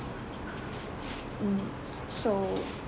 mm so